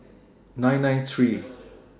nine nine three